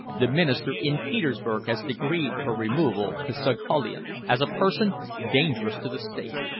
the minister in petersburg has decreed her removal to saghalien as a person dangerous to the state.